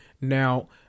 Now